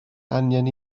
angen